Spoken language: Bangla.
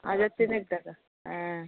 হাজার তিনেক টাকা হ্যাঁ